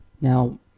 now